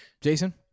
Jason